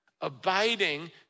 Abiding